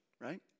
right